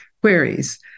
queries